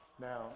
Now